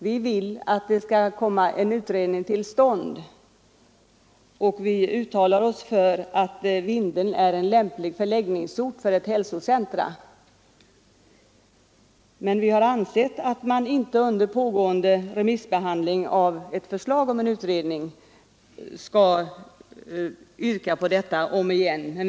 Vi vill att det skall komma en utredning till stånd, och vi uttalar oss för att Vindeln är en lämplig förläggningsort för ett hälsocentrum. Men vi anser att man inte under pågående remissbehandling av ett förslag om en utredning skall yrka på ett sådant centrum om igen.